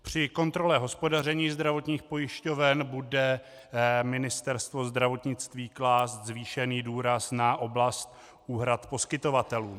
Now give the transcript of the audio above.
Při kontrole hospodaření zdravotních pojišťoven bude Ministerstvo zdravotnictví klást zvýšený důraz na oblast poskytovatelů.